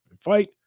fight